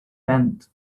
tenth